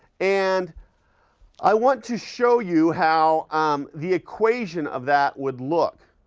and i want to show you how um the equation of that would look,